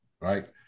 right